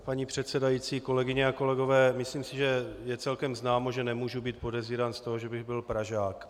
Paní předsedající, kolegyně a kolegové, myslím si, že je celkem známo, že nemůžu být podezírán z toho, že bych byl Pražák.